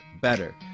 Better